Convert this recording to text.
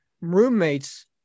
roommates